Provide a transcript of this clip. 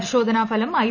പരിശോധനാഫലം ഐ